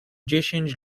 dziesięć